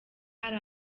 hari